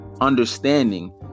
understanding